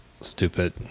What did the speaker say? stupid